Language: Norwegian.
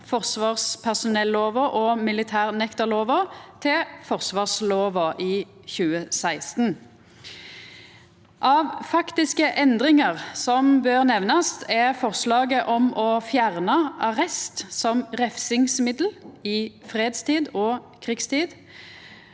forsvarspersonelloven og militærnektarloven til forsvarsloven i 2016. Av faktiske endringar som bør nemnast, er forslaget om å fjerna arrest som refsingsmiddel i fredstid og krigstid,